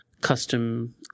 custom